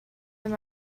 them